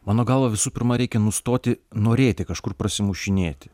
mano galva visų pirma reikia nustoti norėti kažkur prasimušinėti